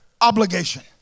obligation